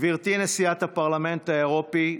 גברתי נשיאת הפרלמנט האירופי,